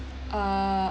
ah